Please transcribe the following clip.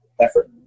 effort